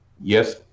yes